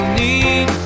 need